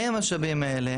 היה המשאבים האלה,